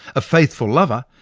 a faithful lover,